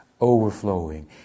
overflowing